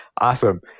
Awesome